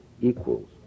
equals